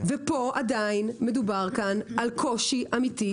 ופה עדין מדובר על קושי אמתי,